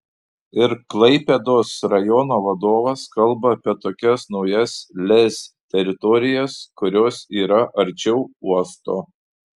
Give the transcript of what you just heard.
ir klaipėdos rajono vadovas kalba apie tokias naujas lez teritorijas kurios yra arčiau uosto